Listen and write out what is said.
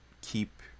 keep